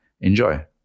Enjoy